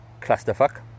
clusterfuck